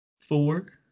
Four